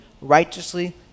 righteously